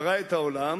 ברא את העולם,